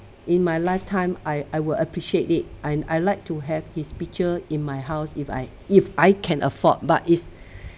in my lifetime I I will appreciate it and I'd like to have his picture in my house if I if I can afford but it's